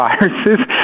viruses